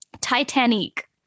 Titanic